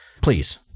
please